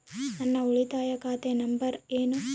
ನನ್ನ ಉಳಿತಾಯ ಖಾತೆ ನಂಬರ್ ಏನು?